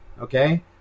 okay